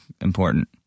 important